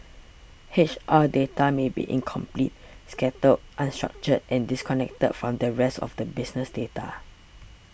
H R data may be incomplete scattered unstructured and disconnected from the rest of the business data